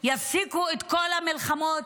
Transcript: יפסיקו את כל המלחמות,